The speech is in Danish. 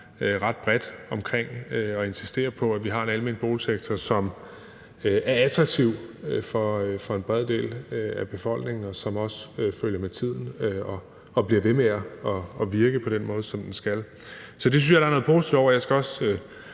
ret bredt om at insistere på, at vi skal have en almen boligsektor, som er attraktiv for en bred del af befolkningen, og som også følger med tiden og bliver ved med at virke på den måde, som den skal. Så det synes jeg der er noget positivt i. Jeg skal også